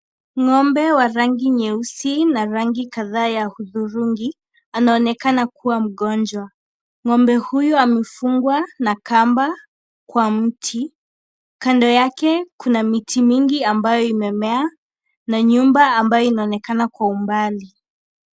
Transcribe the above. Ng'ombe wa rangi nyeusi na rangi kadhaa ya hudhurungi anaonekana kuwa mgonjwa, ng'ombe huyu amefungwa na kamba kwa mti, kando yake kuna miti mingi ambayo imemea na nyumba ambayo inaonekana kwa umbali.